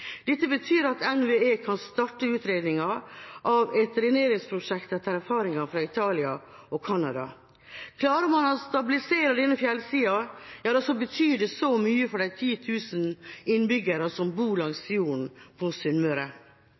Dette betyr et NVE kan starte utredningen av et dreneringsprosjekt etter erfaring fra Italia og Canada. Klarer man å stabilisere denne fjellsida, betyr det svært mye for de ti tusen innbyggerne som bor langs fjorden på